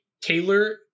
Taylor